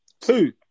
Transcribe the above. Two